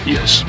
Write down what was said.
Yes